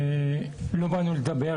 לא באנו לדבר,